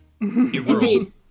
Indeed